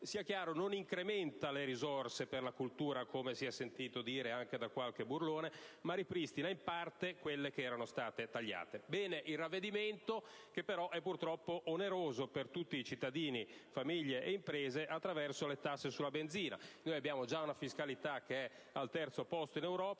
Sia chiaro, non incrementa le risorse per la cultura, come si è sentito dire anche da qualche burlone, ma ripristina in parte quelle che erano state tagliate. Bene il ravvedimento, che però è purtroppo oneroso per tutti i cittadini, famiglie e imprese, attraverso le tasse sulla benzina. Abbiamo già una fiscalità che è al terzo posto in Europa.